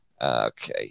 Okay